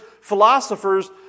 philosophers